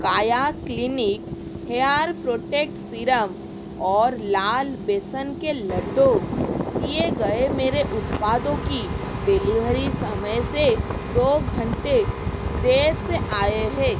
काया clinic hair protect serum और लाल बेसन के लड्डू दिए गए मेरे उत्पादों की डिलीभरी समय से दो घंटे देर से आए हैं